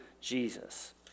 Jesus